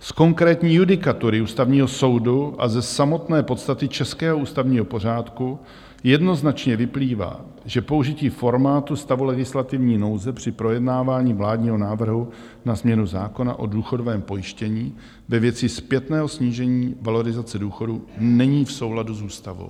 Z konkrétní judikatury Ústavního soudu a ze samotné podstaty českého ústavního pořádku jednoznačně vyplývá, že použití formátu stavu legislativní nouze při projednávání vládního návrhu na změnu zákona o důchodovém pojištění ve věci zpětného snížení valorizace důchodů není v souladu s ústavou.